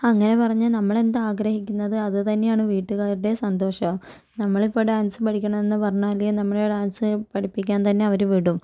അങ്ങനെ പറഞ്ഞാൽ നമ്മളെന്ത് ആഗ്രഹിക്കുന്നത് അത് തന്നെയാണ് വീട്ടുകാരുടെയും സന്തോഷം നമ്മള് ഇപ്പോൾ ഡാൻസ് പഠിക്കണം എന്ന് പറഞ്ഞാല് നമ്മുടെ ഡാൻസ് പഠിപ്പിക്കാൻ തന്നെ അവര് വിടും